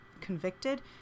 convicted